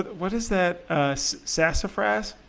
what is that, sassafras?